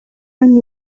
run